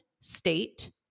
state